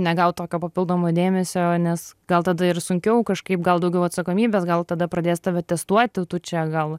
negaut tokio papildomo dėmesio nes gal tada ir sunkiau kažkaip gal daugiau atsakomybės gal tada pradės tave testuoti tu čia gal